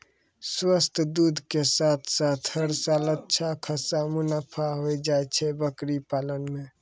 स्वस्थ दूध के साथॅ साथॅ हर साल अच्छा खासा मुनाफा होय जाय छै बकरी पालन मॅ